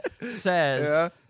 says